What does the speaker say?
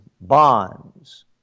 bonds